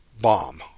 bomb